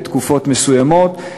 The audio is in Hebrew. לתקופות מסוימות.